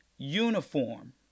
uniform